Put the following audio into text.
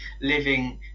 living